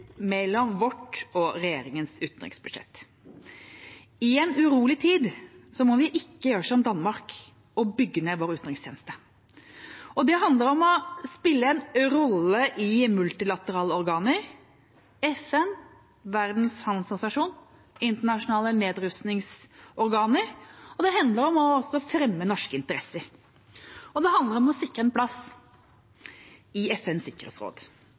mellom vårt og regjeringas utenriksbudsjett. I en urolig tid må vi ikke gjøre som Danmark og bygge ned vår utenrikstjeneste. Det handler om å spille en rolle i multilaterale organer – FN, Verdens handelsorganisasjon og internasjonale nedrustningsorganer. Det handler også om å fremme norske interesser, og det handler om å sikre en plass i FNs sikkerhetsråd.